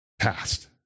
Past